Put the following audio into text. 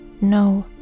no